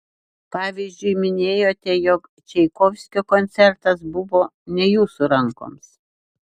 pavyzdžiui minėjote jog čaikovskio koncertas buvo ne jūsų rankoms